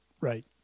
Right